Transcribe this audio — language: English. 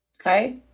okay